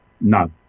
No